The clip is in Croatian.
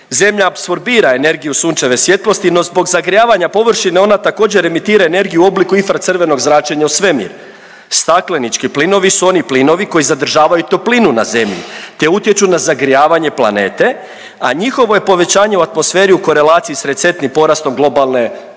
Zemlja apsorbira energiju sunčeve svjetlosti, no zbog zagrijavanja površine ona također emitira energiju u obliku infracrvenog zračenja u svemir. Staklenički plinovi su oni plinovi koji zadržavaju toplinu na zemlji, te utječu na zagrijavanje planete, a njihovo je povećanje u atmosferi u korelaciji s recentnim porastom globalne